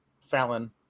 Fallon